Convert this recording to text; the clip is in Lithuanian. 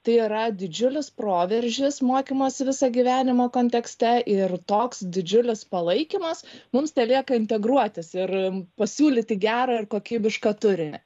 tai yra didžiulis proveržis mokymosi visą gyvenimą kontekste ir toks didžiulis palaikymas mums telieka integruotis ir pasiūlyti gerą ir kokybišką turinį